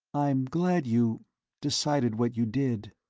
i'm glad you decided what you did,